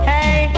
Hey